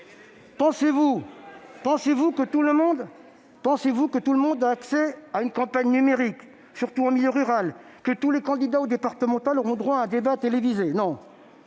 Pensez-vous que tout le monde a accès à une campagne numérique, surtout en milieu rural ? Que tous les candidats aux départementales auront droit à un débat télévisé ? Non